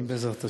בעזרת השם.